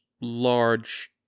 large